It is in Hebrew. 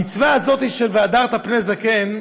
המצווה הזאת של "והדרת פני זקן"